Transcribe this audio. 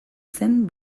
zen